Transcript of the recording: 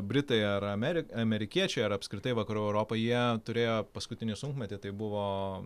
britai ar amerik amerikiečiai ar apskritai vakarų europa jie turėjo paskutinį sunkmetį tai buvo